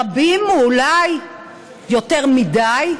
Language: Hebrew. רבים, אולי יותר מדי,